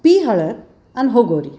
P हळद आणि हो गोरी